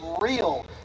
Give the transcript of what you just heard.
real